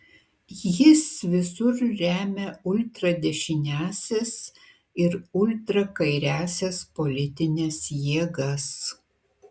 jis visur remia ultradešiniąsias ir ultrakairiąsias politines jėgas